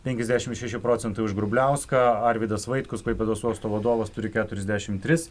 penkiasdešimt šeši procentai už grubliauską arvydas vaitkus klaipėdos uosto vadovas turi keturiasdešimt tris